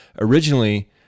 originally